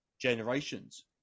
generations